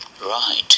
Right